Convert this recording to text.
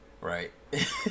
right